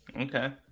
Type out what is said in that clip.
Okay